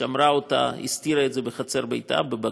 היא שמרה אותה, הסתירה את זה בחצר ביתה בבקבוק.